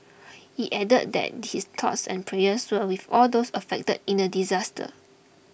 he added that his thoughts and prayers were with all those affected in the disaster